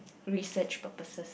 research purposes